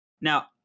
Now